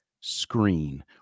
screen